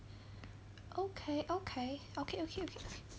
okay okay okay okay okay okay